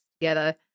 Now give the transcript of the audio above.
together